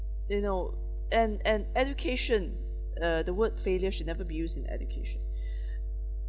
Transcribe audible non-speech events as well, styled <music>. you know and and education uh the word failure should never be used in education <breath>